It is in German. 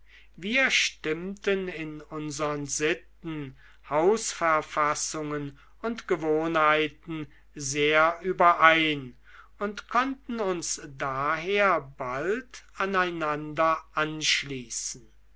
wir stimmten in unsern sitten hausverfassungen und gewohnheiten sehr überein und konnten uns daher bald aneinander anschließen